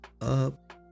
up